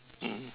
mm